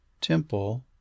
temple